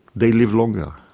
they live longer.